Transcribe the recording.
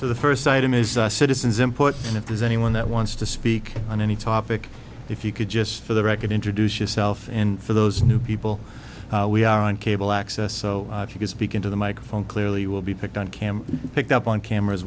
so the first item is a citizen's import and if there's anyone that wants to speak on any topic if you could just for the record introduce yourself and for those new people we are on cable access so you can speak into the microphone clearly will be picked on camera picked up on camera